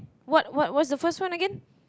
what what what's the first one again